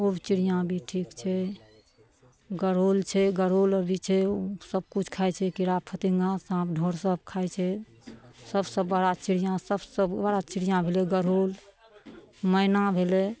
ओ भी चिड़िआँ भी ठीक छै गरुड़ छै गरुड़ भी छै ओ सबकिछु खाइ छै कीड़ा फतिङ्गा साँप ढोँढ़ि सब खाइ छै सबसे बड़ा चिड़िआँ सबसे बड़ा चिड़िआँ भेलै गरुड़ मैना भेलै